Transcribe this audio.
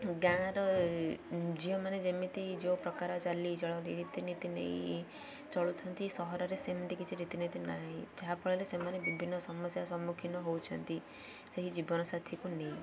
ଗାଁର ଝିଅମାନେ ଯେମିତି ଯେଉଁପ୍ରକାର ଚାଲିଚଳନ ରୀତିନୀତି ନେଇ ଚଳୁଛନ୍ତି ସହରରେ ସେମିତି କିଛି ରୀତିନୀତି ନାହିଁ ଯାହାଫଳରେ ସେମାନେ ବିଭିନ୍ନ ସମସ୍ୟା ସମ୍ମୁଖୀନ ହେଉଛନ୍ତି ସେହି ଜୀବନସାଥିକୁ ନେଇ